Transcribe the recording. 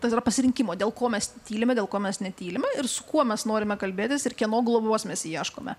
tai yra pasirinkimo dėl ko mes tylime dėl ko mes netylime ir su kuo mes norime kalbėtis ir kieno globos mes ieškome